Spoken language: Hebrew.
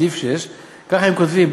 כך הם כותבים,